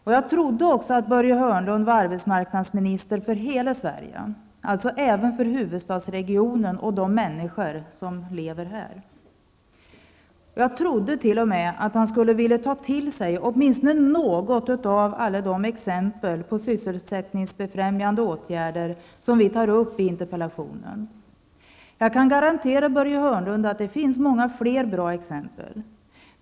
Jag trodde att Börje Hörnlund var arbetsmarknadsminister för hela Sverige, alltså även för huvudstadsregionen och de människor som lever där. Jag trodde t.o.m. att han skulle ta till sig något av alla de exempel på sysselsättningsfrämjande åtgärder som redovisas i interpellationen. Jag kan garantera Börje Hörnlund att det finns många fler bra exempel.